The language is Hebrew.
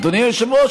אדוני היושב-ראש,